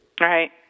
Right